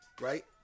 Right